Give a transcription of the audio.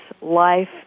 life